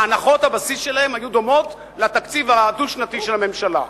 הנחות הבסיס שלהם היו דומות לתקציב הדו-שנתי של הממשלה.